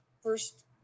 first